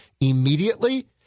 immediately